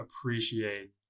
appreciate